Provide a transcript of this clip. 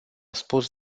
spus